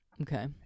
Okay